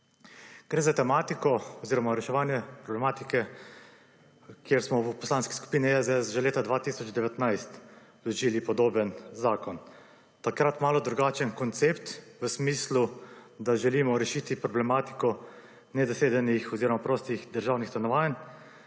Gre za tematiko oziroma reševanje problematike, kjer smo v Poslanski skupini SDS že leta 2019 vložili podoben zakon. Takrat malo drugačen koncept v smislu, da želimo rešiti problematiko nezasedenih oziroma prostih državnih stanovanj,